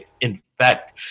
infect